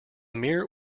mere